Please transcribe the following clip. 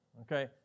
Okay